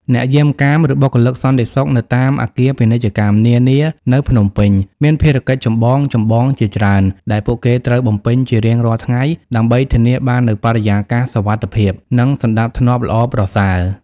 អ្នកយាមកាម ឬបុគ្គលិកសន្តិសុខនៅតាមអគារពាណិជ្ជកម្មនានានៅភ្នំពេញ មានភារកិច្ចចម្បងៗជាច្រើនដែលពួកគេត្រូវបំពេញជារៀងរាល់ថ្ងៃ ដើម្បីធានាបាននូវបរិយាកាសសុវត្ថិភាព និងសណ្ដាប់ធ្នាប់ល្អប្រសើរ។